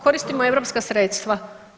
Koristimo europska sredstva.